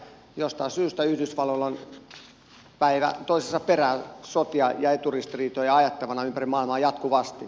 jostain syystä yhdysvalloilla on päivä toisensa perään sotia ja eturistiriitoja ajettavana ympäri maailmaa jatkuvasti